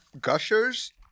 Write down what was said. Gushers